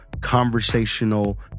conversational